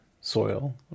soil